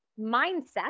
mindset